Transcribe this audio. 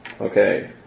Okay